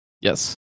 Yes